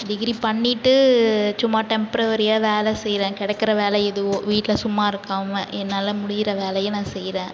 degree பண்ணிவிட்டு சும்மா டெம்ப்ரவரியாக வேலை செய்யறேன் கிடைக்கற வேலை எதுவோ வீட்டில் சும்மா இருக்காமல் என்னால் முடியுற வேலையை நான் செய்யறேன்